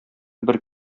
бер